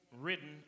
written